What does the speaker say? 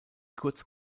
kurz